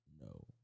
no